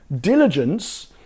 diligence